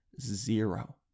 Zero